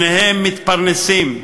שניהם מתפרנסים,